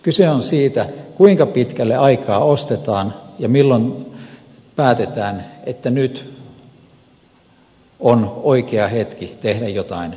kyse on siitä kuinka pitkälle aikaa ostetaan ja milloin päätetään että nyt on oikea hetki tehdä jotain muuta